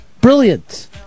Brilliant